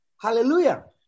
Hallelujah